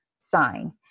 sign